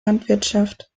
landwirtschaft